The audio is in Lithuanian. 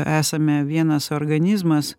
esame vienas organizmas